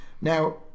now